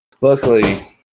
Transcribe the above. Luckily